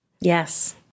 Yes